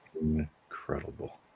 Incredible